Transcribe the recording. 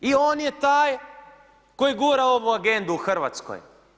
I on je taj koji gura ovu agendu u Hrvatskoj.